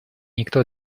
никто